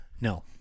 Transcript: No